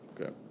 Okay